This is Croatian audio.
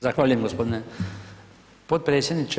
Zahvaljujem g. potpredsjedniče.